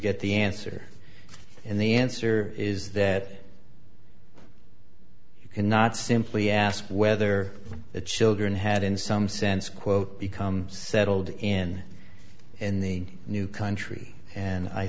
get the answer and the answer is that you cannot simply ask whether the children had in some sense quote become settled in in the new country and i